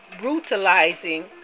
brutalizing